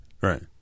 Right